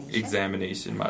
examination